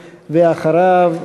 ואחריו,